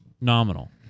nominal